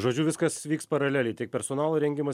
žodžiu viskas vyks paraleliai tiek personalo rengimas